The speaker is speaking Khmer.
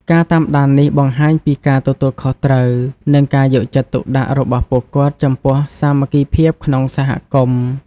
ការតាមដាននេះបង្ហាញពីការទទួលខុសត្រូវ និងការយកចិត្តទុកដាក់របស់ពួកគាត់ចំពោះសាមគ្គីភាពក្នុងសហគមន៍។